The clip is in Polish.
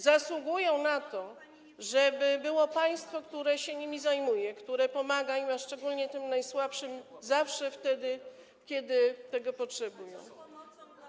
Zasługują na to, żeby było państwo, które się nimi zajmuje, które pomaga im, a szczególnie tym najsłabszym, zawsze wtedy, kiedy tego potrzebują.